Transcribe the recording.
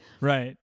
right